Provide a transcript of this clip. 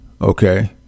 Okay